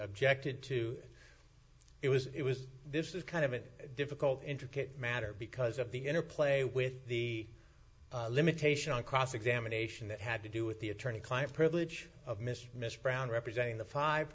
objected to it was it was this is kind of a difficult intricate matter because of the interplay with the limitation on cross examination that had to do with the attorney client privilege of mr mr brown representing the five